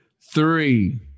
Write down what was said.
three